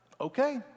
okay